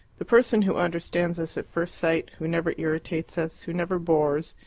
the person who understands us at first sight, who never irritates us, who never bores,